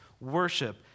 worship